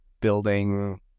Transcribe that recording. building